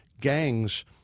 gangs